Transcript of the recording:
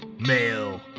male